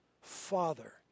Father